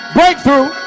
Breakthrough